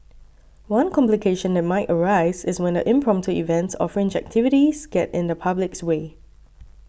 one complication that might arise is when the impromptu events or fringe activities get in the public's way